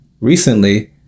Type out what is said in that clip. Recently